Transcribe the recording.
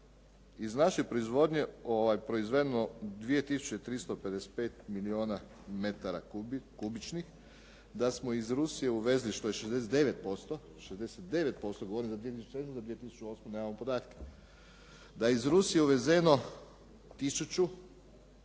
iz naše proizvodnje proizvedeno 2355 milijuna metara kubičnih, da smo iz Rusije uvezli što je 69%, govorim za 2007., za 2008. nemamo podatke. Da je iz Rusije uvezeno